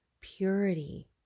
purity